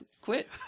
Quit